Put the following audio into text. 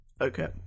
Okay